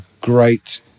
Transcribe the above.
great